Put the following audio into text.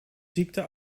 ziekte